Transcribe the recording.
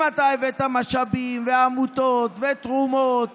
אם הבאת משאבים ועמותות ותרומות